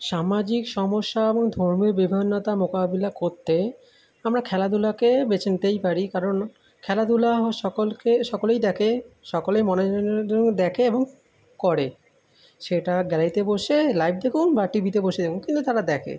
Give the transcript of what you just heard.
সামাজিক সমস্যা এবং ধর্মীয় বিভিন্নতার মোকাবিলা করতে আমরা খেলাধুলাকে বেছে নিতেই পারি কারণ খেলাধুলা সকলকে সকলেই দেখে সকলেই মনে দেখে এবং করে সেটা গ্যালারিতে বসে লাইভ দেখুন বা টিভিতে বসে দেখুন কিন্তু তারা দেখে